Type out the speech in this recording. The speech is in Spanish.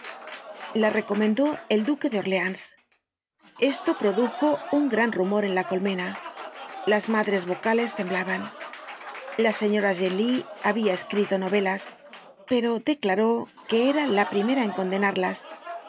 la recomendó el duque de orleans esto produjo un gran rumor en la colmena las madres vocales temblaban la señora genlis habia escrito novelas pero declaró que era la primera en condenarlas